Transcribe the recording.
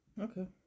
Okay